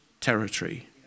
territory